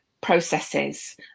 processes